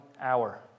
hour